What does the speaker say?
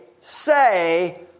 say